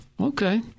Okay